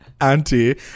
Auntie